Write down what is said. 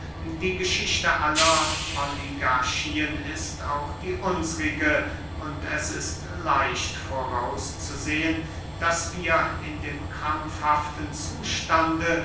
die geschichte aller oligarchien ist auch die unsrige und es ist leicht vorauszusehen daß wir in dem krampfhaften zustande